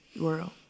world